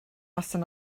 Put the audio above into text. noson